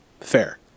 Fair